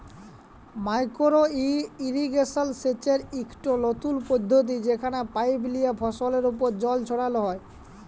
micro irrigation সেচের ইকট লতুল পদ্ধতি যেখালে পাইপ লিয়ে ফসলের উপর জল ছড়াল হ্যয়